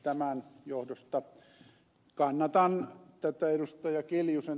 tämän johdosta kannatan tätä ed